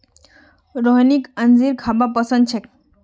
रोहिणीक अंजीर खाबा पसंद छेक